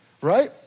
right